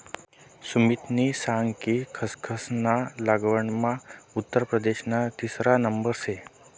सुमितनी सांग कि खसखस ना लागवडमा उत्तर प्रदेशना तिसरा नंबर शे